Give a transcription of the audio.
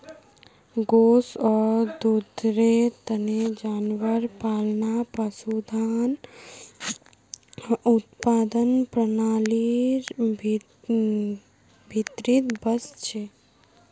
गोस आर दूधेर तने जानवर पालना पशुधन उत्पादन प्रणालीर भीतरीत वस छे